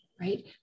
right